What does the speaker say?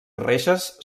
reixes